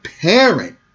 parent